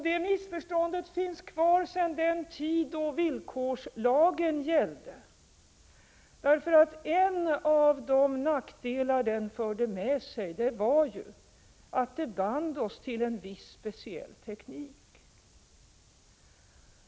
Det missförståndet finns kvar sedan den tid då villkorslagen gällde. En av de nackdelar som lagen förde med sig var ju att den band oss till en viss speciell teknik.